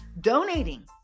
donating